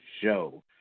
show